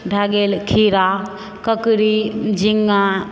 भए गेल खीरा ककड़ी झींगा